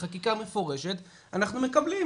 בחקיקה מפורשת אנחנו מקבלים.